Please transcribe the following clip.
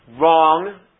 Wrong